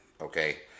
okay